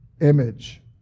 image